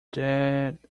that